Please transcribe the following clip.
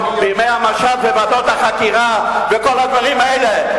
בימי המשט וועדות החקירה וכל הדברים האלה,